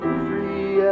free